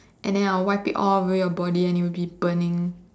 and then I'll wipe it off away on your body and you'll be burning